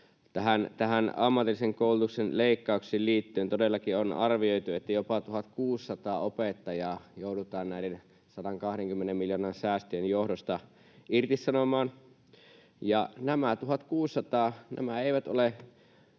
Ammatillisen koulutuksen leikkauksiin liittyen todellakin on arvioitu, että jopa 1 600 opettajaa joudutaan näiden 120 miljoonan säästöjen johdosta irtisanomaan. Nämä 1 600 eivät ole